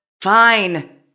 Fine